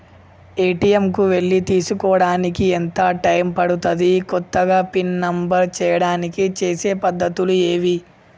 ATM కు వెళ్లి చేసుకోవడానికి ఎంత టైం పడుతది? కొత్తగా పిన్ నంబర్ చేయడానికి చేసే పద్ధతులు ఏవి?